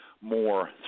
More